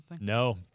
No